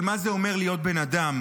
של מה זה אומר להיות בן אדם.